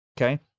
okay